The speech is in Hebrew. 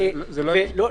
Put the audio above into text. ולומר